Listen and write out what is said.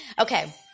Okay